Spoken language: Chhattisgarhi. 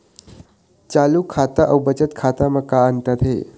चालू खाता अउ बचत खाता म का अंतर हे?